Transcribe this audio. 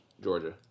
Georgia